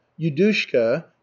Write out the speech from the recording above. Yudushka